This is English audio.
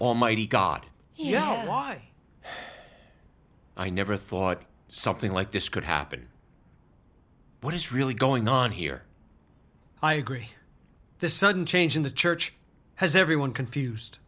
almighty god why i never thought something like this could happen what is really going on here i agree the sudden change in the church has everyone confused